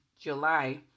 July